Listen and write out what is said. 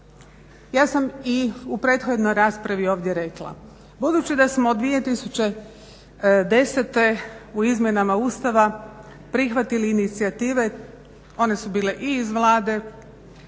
Ja sam i u prethodnoj raspravi ovdje rekla, budući da smo 2010. u izmjenama Ustava prihvatili inicijative, one su bile i iz Vlade